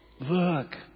look